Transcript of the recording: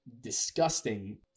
disgusting